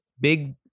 big